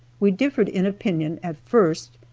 we differed in opinion, at first,